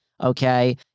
Okay